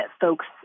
folks